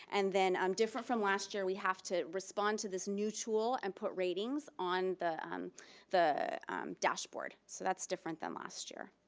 and then um different from last year, we have to respond to this mutual and put ratings on the the dashboard. so that's different than last year.